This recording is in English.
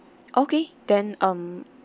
okay then um